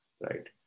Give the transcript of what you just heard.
right